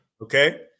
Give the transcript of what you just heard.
okay